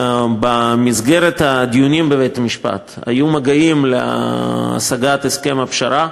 במסגרת הדיונים בבית-המשפט היו מגעים להשגת הסכם הפשרה.